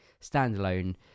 standalone